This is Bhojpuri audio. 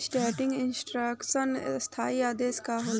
स्टेंडिंग इंस्ट्रक्शन स्थाई आदेश का होला?